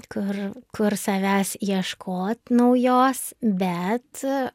kur kur savęs ieškot naujos bet